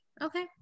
Okay